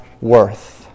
worth